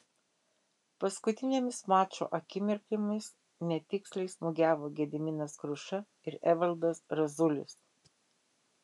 paskutinėmis mačo akimirkomis netiksliai smūgiavo gediminas kruša ir evaldas razulis